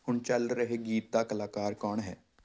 ਹੁਣ ਚੱਲ ਰਹੇ ਗੀਤ ਦਾ ਕਲਾਕਾਰ ਕੌਣ ਹੈ